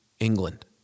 England